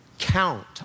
count